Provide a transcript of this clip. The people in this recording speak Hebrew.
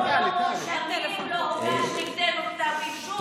אנחנו לא מואשמים, לא הוגש נגדנו כתב אישום.